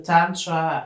Tantra